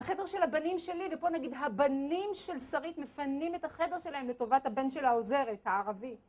החדר של הבנים שלי, ופה נגיד הבנים של שרית מפנים את החדר שלהם לטובת הבן של העוזרת, הערבי.